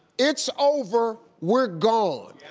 it's over, we're gone.